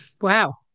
Wow